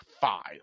five